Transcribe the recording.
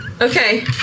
Okay